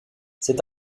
cet